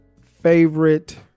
Favorite